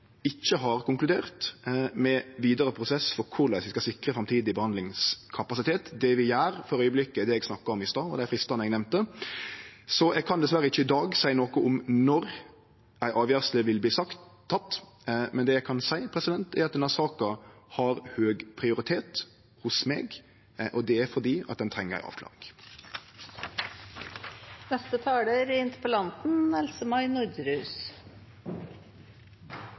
ikkje har konkludert med vidare prosess for korleis vi skal sikre framtidig behandlingskapasitet. Det vi gjer i augeblikket, er det eg snakka om i stad, med dei fristane eg nemnde. Eg kan dessverre ikkje i dag seie noko om når det vil verte teke ei avgjersle, men det eg kan seie, er at denne saka har høg prioritet hos meg, og det er fordi ho treng ei avklaring. Jeg ønsker å takke statsråden for svaret, og jeg opplever at svaret er